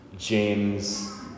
James